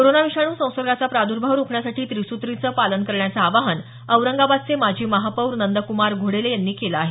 corona विषाणू संसर्गाचा प्रादुर्भाव रोखण्यासाठी त्रिसूत्रीचं पालन करण्याचं आवाहन औरंगाबादचे माजी महापौर नदक्मार घोडेले यांनी केलं आहे